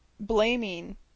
Blaming